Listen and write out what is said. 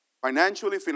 Financially